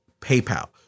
PayPal